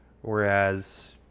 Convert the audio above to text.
whereas